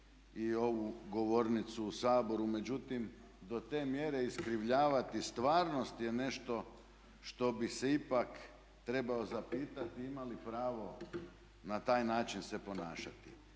i ovu govornicu u Saboru. Međutim, to te mjere iskrivljavati stvarnost je nešto što bi se ipak trebao zapitati ima li pravo na taj način se ponašati.